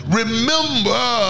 remember